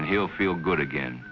and he'll feel good again